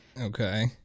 Okay